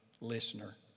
listener